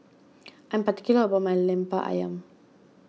I am particular about my Lemper Ayam